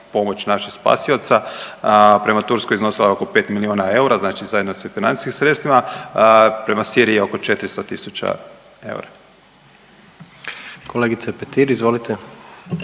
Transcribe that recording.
naših spasioca prema Turskoj iznosila je oko 5 miliona eura, znači zajedno sa financijskim sredstvima. Prema Siriji je oko 400 tisuća eura. **Jandroković, Gordan